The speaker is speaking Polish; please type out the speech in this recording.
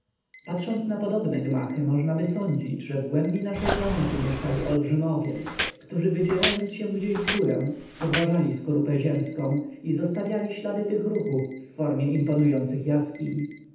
patrząc na podobne gmachy możnaby sądzić że w głębi naszej planety mieszkali olbrzymowie którzy wydzierając się gdzieś w górę podważali skorupę ziemską i zostawiali ślady tych ruchów w formie imponujących jaskiń